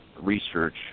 research